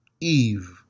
Eve